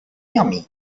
yummy